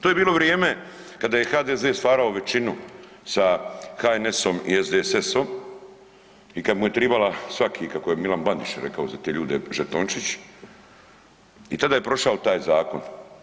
To je bilo vrijeme kada je HDZ stvarao većinu sa HNS-om i SDSS-om i kad mu je tribala svaki, kako je Milan Bandić rekao za te ljude žetončić i tada je prošao taj zakon.